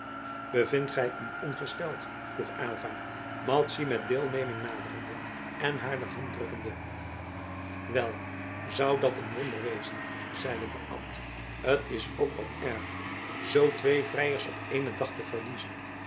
bevindt gij u ongesteld vroeg aylva madzy met deelneming naderende en haar de hand drukkende wel zou dat wonder wezen zeide de abt t is ook wat erg zoo twee vrijers op éénen dag te verliezen